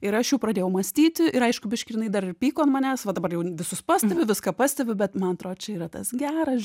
ir aš jau pradėjau mąstyti ir aišku biškį jinai dar ir pyko ant manęs va dabar jau visus pastebi viską pastebiu bet man atrodo čia yra tas geras